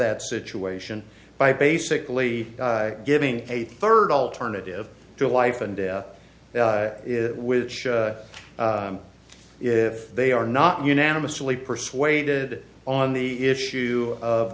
that situation by basically giving a third alternative to life and death which if they are not unanimously persuaded on the issue of